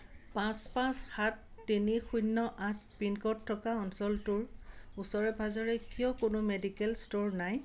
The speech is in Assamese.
পাঁচ পাঁচ সাত তিনি শূন্য আঠ পিনক'ড থকা অঞ্চলটোৰ ওচৰে পাঁজৰে কিয় কোনো মেডিকেল ষ্ট'ৰ নাই